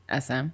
SM